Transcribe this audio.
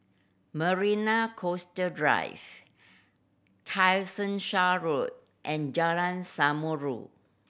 Marina Coastal Drive Road and Jalan Samulun